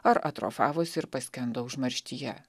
ar atrofavosi ir paskendo užmarštyje